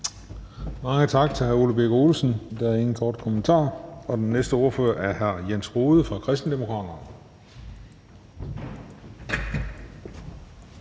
Mange tak til hr. Ole Birk Olesen. Der er ingen korte bemærkninger. Den næste ordfører er hr. Jens Rohde fra Kristendemokraterne.